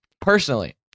personally